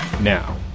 Now